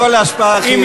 הכול ההשפעה החיובית.